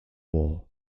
war